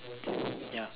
ya